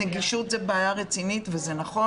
נגישות זו בעיה רצינית וזה נכון,